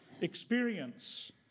experience